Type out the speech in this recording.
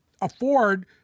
afford